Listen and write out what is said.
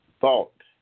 thought